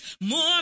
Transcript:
More